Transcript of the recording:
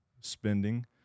spending